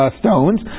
stones